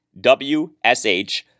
WSH